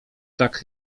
tak